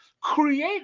create